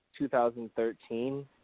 2013